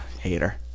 hater